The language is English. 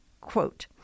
Quote